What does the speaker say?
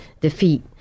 defeat